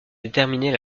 déterminer